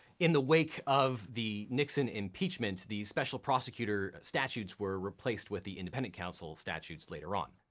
in the wake of the nixon impeachment, the special prosecutor statutes were replaced with the independent counsel statutes later on.